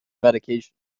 medication